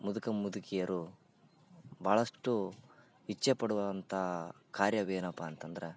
ಈ ಮುದುಕ ಮುದುಕಿಯರು ಭಾಳಷ್ಟು ಇಚ್ಛೆ ಪಡುವಂಥ ಕಾರ್ಯವೇನಪ್ಪ ಅಂತಂದ್ರೆ